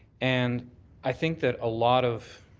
and i think that a lot of,